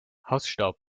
hausstaub